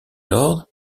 lords